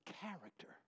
character